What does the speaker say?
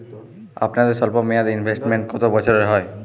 আপনাদের স্বল্পমেয়াদে ইনভেস্টমেন্ট কতো বছরের হয়?